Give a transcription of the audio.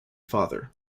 father